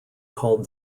called